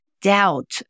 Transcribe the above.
doubt